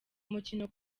umukino